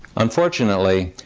unfortunately,